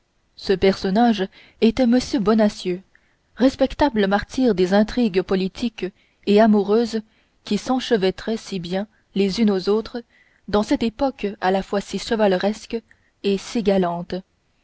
ce personnage était m bonacieux respectable martyr des intrigues politiques et amoureuses qui s'enchevêtraient si bien les unes aux autres dans cette époque à la fois si chevaleresque et si galante